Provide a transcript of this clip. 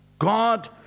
God